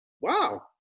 wow